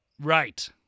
Right